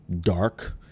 dark